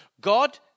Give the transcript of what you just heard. God